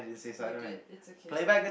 you did it's okay